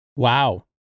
Wow